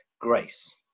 grace